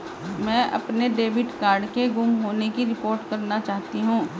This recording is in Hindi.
मैं अपने डेबिट कार्ड के गुम होने की रिपोर्ट करना चाहती हूँ